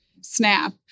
Snap